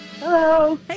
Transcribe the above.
Hello